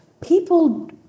people